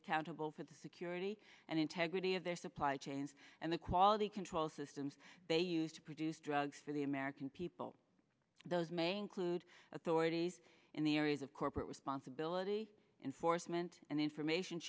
accountable for the security and integrity of their supply chains and the quality control systems they used produce drugs for the american people those may include authorities in the areas of corporate responsibility enforcement and information